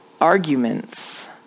arguments